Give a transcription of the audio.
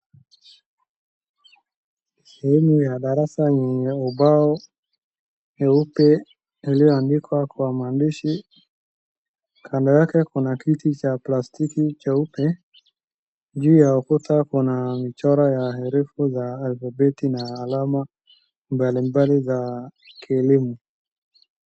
Sehemu ya darasa yenye ubao mweupe ulioandikwa kwa maandishi. Kando yake kuna kiti cha plastiki cheupe, juu ya ukuta kuna michoro ya herufi za alfabeti na alama mbalimbali za kielimu.